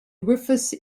rufus